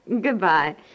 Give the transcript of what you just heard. Goodbye